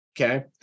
Okay